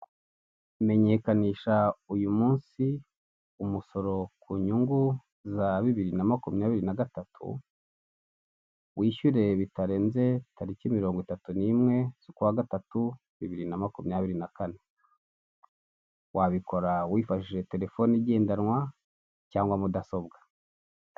Menyekanisha uyu munsi umusoro ku nyungu za bibiri na makumyabiri nagatatu wishyuwe bitarenze tariki mirongo itatu nimwe z'ukwa gatatu bibiri na makumyabiri na kane wabikora wifashishije telefoni igedanwa cyangwa mudasobwa .